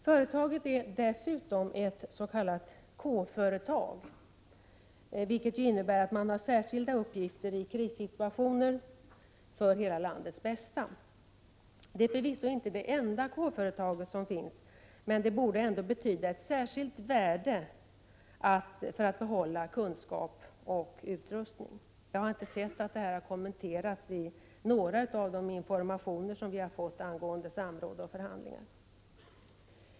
Företaget är dessutom ett s.k. K-företag, vilket ju innebär att det för hela landets bästa har särskilda uppgifter i krissituationer. Det är förvisso inte det enda K-företag som finns, men det borde ändå betyda att det har ett särskilt värde för att behålla kunskap och utrustning. Jag har inte sett att detta förhållande har kommenterats i några av de informationer vi har fått angående samråd och förhandlingar.